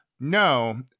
no